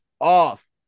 off